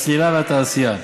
הסלילה והתעשייה.